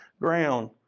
ground